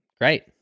Great